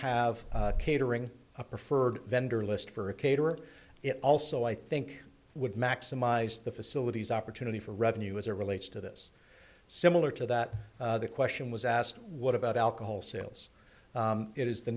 have catering a preferred vendor list for a caterer it also i think would maximize the facilities opportunity for revenue as it relates to this similar to that the question was asked what about alcohol sales it is the